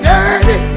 Dirty